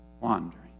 wandering